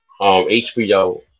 HBO